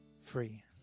free